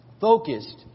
Focused